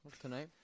Tonight